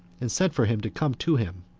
and sent for him to come to him.